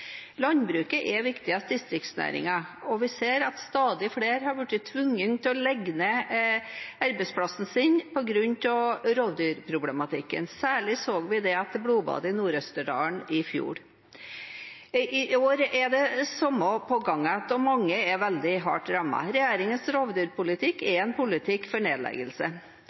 Landbruket er den viktigste distriktsnæringen, og vi ser at stadig flere har blitt tvunget til å legge ned arbeidsplassen sin på grunn av rovdyrproblematikken. Særlig så vi det etter blodbadet i Nord-Østerdalen i fjor. I år er det samme på gang igjen, og mange er veldig hardt rammet. Regjeringens rovdyrpolitikk er en politikk for nedleggelse.